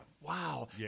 Wow